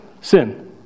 Sin